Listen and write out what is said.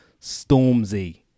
Stormzy